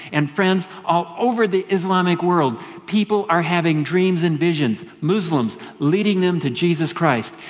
and friends, all over the islamic world people are having dreams and visions. muslims leading them to jesus christ.